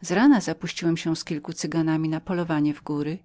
z rana zapuściłem się z kilku cyganami na polowanie w góry